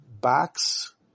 box